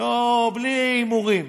בלי הימורים.